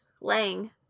Lang